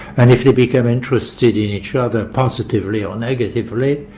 and if you become interested in each other positively or negatively,